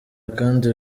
kandi